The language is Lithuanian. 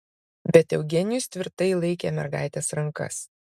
bet eugenijus tvirtai laikė mergaitės rankas